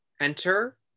Enter